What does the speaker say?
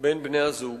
בין בני-הזוג